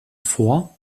vor